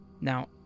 Now